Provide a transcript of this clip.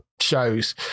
shows